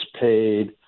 paid